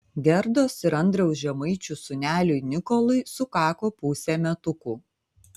gerdos ir andriaus žemaičių sūneliui nikolui sukako pusė metukų